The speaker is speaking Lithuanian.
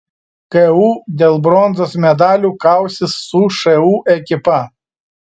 ku dėl bronzos medalių kausis su šu ekipa